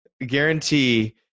guarantee